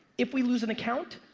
if we lose an account,